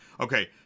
okay